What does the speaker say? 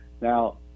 now